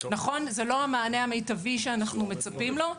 נכון, זה לא המענה המיטבי שאנחנו מצפים לו,